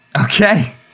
Okay